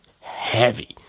heavy